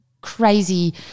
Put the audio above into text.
crazy